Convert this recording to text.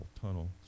tunnel